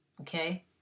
okay